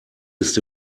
ist